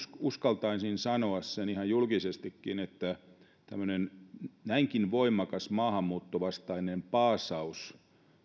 uskaltaisin sanoa sen ihan julkisestikin että tämmöinen näinkin voimakas maahanmuuttovastainen paasaus